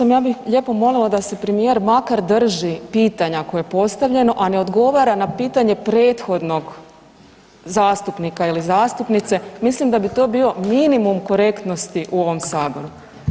238., ja bih lijepo molila da se premijer makar drži pitanja koje je postavljeno, a ne odgovara na pitanje prethodnog zastupnika ili zastupnice, mislim da bi to bio minimum korektnosti u ovom Saboru.